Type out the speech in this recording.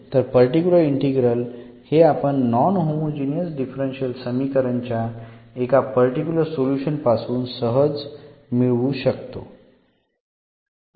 तर particular integral हे आपण नॉन होमोजिनियस डिफरन्शियल समीकरण च्या एका पर्टिक्युलर सोल्युशन पासून सहज मिळवू शकतो